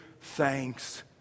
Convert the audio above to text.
thanks